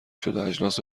شدواجناس